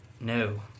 No